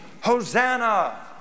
Hosanna